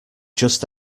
just